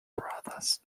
brothers